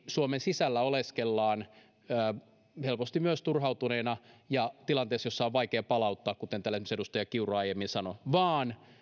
suomen sisällä helposti myös turhautuneena ja tilanteessa jossa on vaikea palauttaa kuten täällä esimerkiksi edustaja kiuru aiemmin sanoi vaan